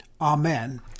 Amen